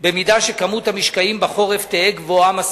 במידה שכמות המשקעים בחורף תהא גבוהה מספיק.